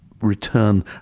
return